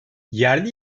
yerli